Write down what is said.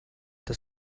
the